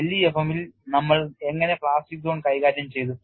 LEFM ൽ നമ്മൾ എങ്ങനെ പ്ലാസ്റ്റിക് സോൺ കൈകാര്യം ചെയ്തു